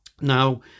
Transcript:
Now